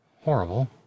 horrible